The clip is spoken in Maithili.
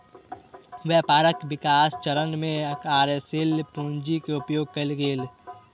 व्यापारक विकास चरण में कार्यशील पूंजी के उपयोग कएल गेल